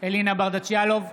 אלינה ברדץ' יאלוב,